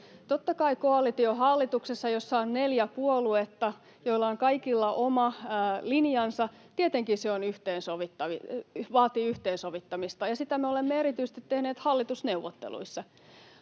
Totta kai koalitiohallituksessa, jossa on neljä puoluetta, joilla on kaikilla oma linjansa, se vaatii yhteensovittamista, ja sitä me olemme erityisesti tehneet hallitusneuvotteluissa.